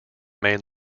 main